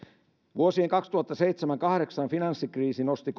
vuosien kaksituhattaseitsemän viiva kahdeksan finanssikriisi nosti